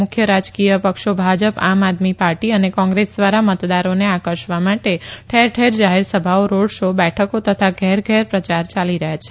મુખ્ય રાજકીય પક્ષો ભાજપ આમ આદમી પાર્ટી અને કોંગ્રેસ ધ્વારા મતદારોને આકર્ષવા માટે ઠેર ઠેર જાહેરસભાઓ રોડ શો બેઠકો તથા ઘેર ઘેર પ્રયાર યાલી રહયાં છે